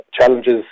challenges